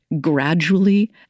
gradually